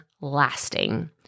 lasting